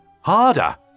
Harder